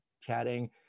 chatting